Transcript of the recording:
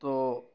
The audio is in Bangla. তো